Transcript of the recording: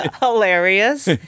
Hilarious